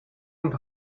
und